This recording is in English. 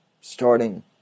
starting